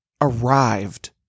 arrived